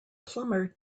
plumber